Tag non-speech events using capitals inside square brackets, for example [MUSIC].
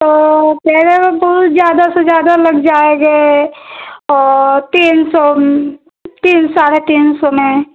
तो [UNINTELLIGIBLE] हुए फूल ज़्यादा से ज़्यादा लग जाएंगे औ तीन सौ तीन साढ़े तीन सौ में